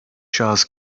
şahıs